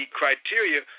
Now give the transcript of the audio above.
criteria